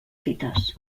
fites